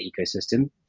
ecosystem